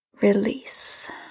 release